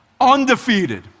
Undefeated